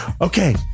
Okay